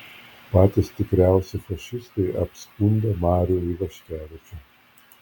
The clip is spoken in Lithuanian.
patys tikriausi fašistai apskundę marių ivaškevičių